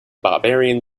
barbarian